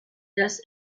das